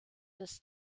das